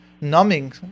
numbing